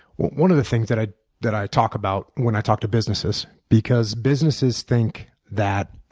one of the things that i that i talk about when i talk to businesses, because businesses think that